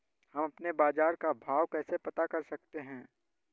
हम अपने बाजार का भाव कैसे पता कर सकते है?